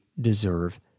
deserve